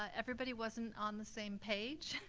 ah everybody wasn't on the same page.